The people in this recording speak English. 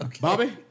Bobby